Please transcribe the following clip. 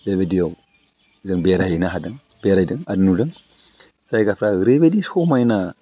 बेबादियाव जों बेरायहैनो हादों बेरायदों आरो नुदों जायगाफ्रा ओरैबायदि समायना